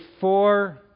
four